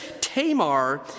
Tamar